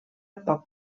poc